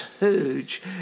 huge